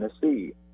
Tennessee